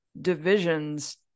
divisions